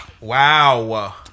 Wow